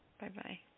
Bye-bye